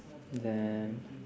then